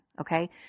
okay